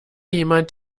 jemand